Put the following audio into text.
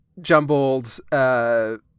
jumbled